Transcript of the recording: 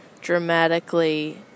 dramatically